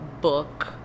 book